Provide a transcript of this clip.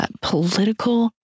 political